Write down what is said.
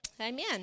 Amen